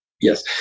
Yes